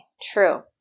True